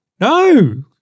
no